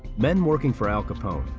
men working for al capone,